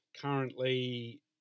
currently